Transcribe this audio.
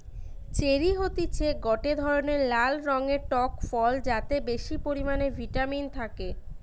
cherry হতিছে গটে ধরণের লাল রঙের টক ফল যাতে বেশি পরিমানে ভিটামিন থাকে